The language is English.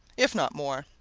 if not more.